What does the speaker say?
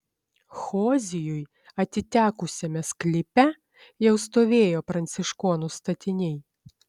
hozijui atitekusiame sklype jau stovėjo pranciškonų statiniai